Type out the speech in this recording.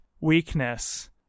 weakness